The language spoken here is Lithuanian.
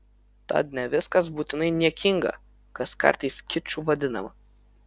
tad ne viskas būtinai niekinga kas kartais kiču vadinama